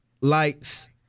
likes